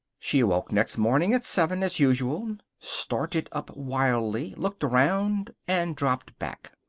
she awoke next morning at seven, as usual, started up wildly, looked around, and dropped back.